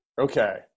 Okay